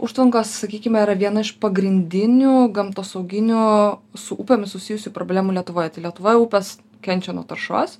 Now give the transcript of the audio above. užtvankos sakykime yra viena iš pagrindinių gamtosauginių su upėmis susijusių problemų lietuvoj tai lietuvoj upės kenčia nuo taršos